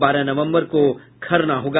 बारह नवम्बर को खरना होगा